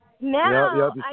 now